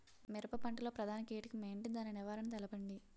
మిరప పంట లో ప్రధాన కీటకం ఏంటి? దాని నివారణ తెలపండి?